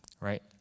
right